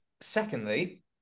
Secondly